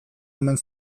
omen